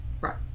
Right